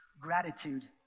gratitude